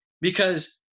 Because-